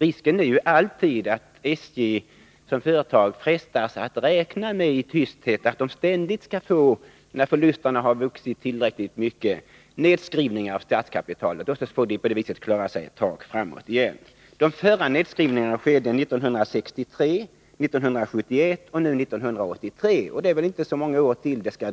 Risken är alltid att SJ som företag frestas att i tysthet räkna med ständiga nedskrivningar av statskapitalet, när förlusterna har vuxit tillräckligt mycket, för att på så sätt klara sig ytterligare en tid. De förra nedskrivningarna skedde 1963 och 1971, och nu är det alltså dags igen. Troligen dröjer det inte så många år innan det blir